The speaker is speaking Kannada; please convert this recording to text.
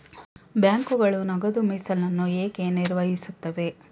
ಬ್ಯಾಂಕುಗಳು ನಗದು ಮೀಸಲನ್ನು ಏಕೆ ನಿರ್ವಹಿಸುತ್ತವೆ?